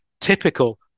typical